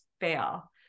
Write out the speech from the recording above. fail